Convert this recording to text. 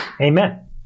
Amen